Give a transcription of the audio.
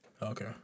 Okay